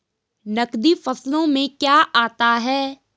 नकदी फसलों में क्या आता है?